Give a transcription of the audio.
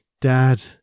Dad